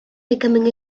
becoming